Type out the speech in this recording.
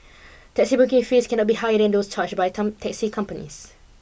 taxi booking fees cannot be higher than those charged by taxi companies